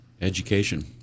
education